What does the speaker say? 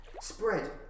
spread